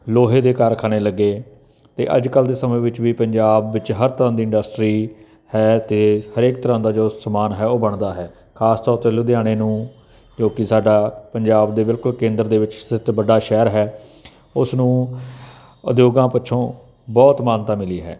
ਲੋਹੇ ਦੇ ਕਾਰਖਾਨੇ ਲੱਗੇ ਅਤੇ ਅੱਜ ਕੱਲ੍ਹ ਦੇ ਸਮੇਂ ਵਿੱਚ ਵੀ ਪੰਜਾਬ ਵਿੱਚ ਹਰ ਤਰ੍ਹਾਂ ਦੀ ਇੰਡਸਟਰੀ ਹੈ ਅਤੇ ਹਰੇਕ ਤਰ੍ਹਾਂ ਦਾ ਜੋ ਸਮਾਨ ਹੈ ਉਹ ਬਣਦਾ ਹੈ ਖਾਸ ਤੌਰ 'ਤੇ ਲੁਧਿਆਣੇ ਨੂੰ ਜੋ ਕਿ ਸਾਡਾ ਪੰਜਾਬ ਦੇ ਬਿਲਕੁਲ ਕੇਂਦਰ ਦੇ ਵਿੱਚ ਸਭ ਤੋਂ ਵੱਡਾ ਸ਼ਹਿਰ ਹੈ ਉਸ ਨੂੰ ਉਦਯੋਗਾਂ ਪਿੱਛੋਂ ਬਹੁਤ ਮਾਨਤਾ ਮਿਲੀ ਹੈ